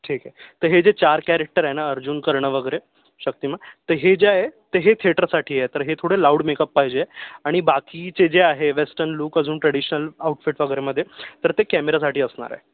ठीक आहे तर हे जे चार कॅरॅक्टर आहे ना अर्जुन कर्ण वगैरे शक्तिमान तर हे जे आहे तर हे थेटरसाठी आहे तर हे थोडे लाऊड मेकअप पाहिजे आणि बाकीचे जे आहे वेस्टर्न लूक अजून ट्रॅडिशनल आउटफिट वगैरेमध्ये तर ते कॅमेरासाठी असणार आहे